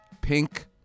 pink